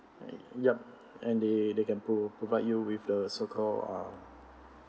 yup and they they can pro~ provide you with the so called uh